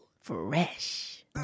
Fresh